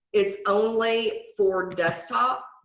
it's only for desktop.